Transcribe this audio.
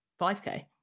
5k